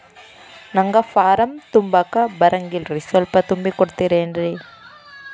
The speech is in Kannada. ನಂಗ ಫಾರಂ ತುಂಬಾಕ ಬರಂಗಿಲ್ರಿ ಸ್ವಲ್ಪ ತುಂಬಿ ಕೊಡ್ತಿರೇನ್ರಿ?